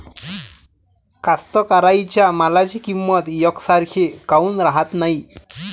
कास्तकाराइच्या मालाची किंमत यकसारखी काऊन राहत नाई?